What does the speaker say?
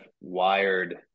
wired